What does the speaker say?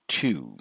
two